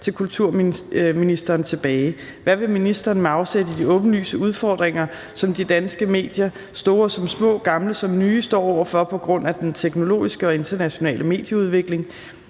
til kulturministeren tilbage: »Hvad vil ministeren med afsæt i de åbenlyse udfordringer, som de danske medier – store som små, gamle som nye – står over for på grund af den teknologiske og internationale medieudvikling,